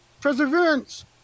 perseverance